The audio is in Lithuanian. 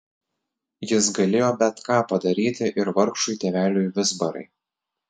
jis galėjo bet ką padaryti ir vargšui tėveliui vizbarai